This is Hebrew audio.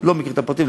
לא מכיר את הפרטים,